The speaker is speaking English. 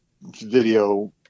video